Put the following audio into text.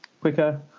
quicker